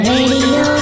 Radio